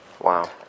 Wow